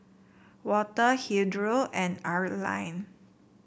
Walter Hildur and Arline